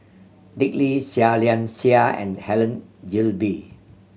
Dick Lee Seah Liang Seah and Helen Gilbey